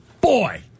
boy